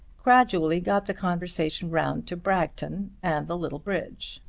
gradually got the conversation round to bragton and the little bridge.